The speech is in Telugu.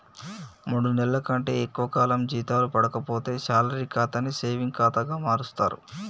మూడు నెలల కంటే ఎక్కువ కాలం జీతాలు పడక పోతే శాలరీ ఖాతాని సేవింగ్ ఖాతా మారుస్తరు